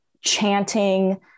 chanting